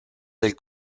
del